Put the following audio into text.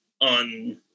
on